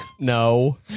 no